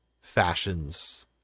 fashions